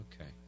Okay